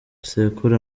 sekuru